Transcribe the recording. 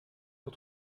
sur